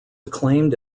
acclaimed